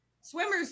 Swimmers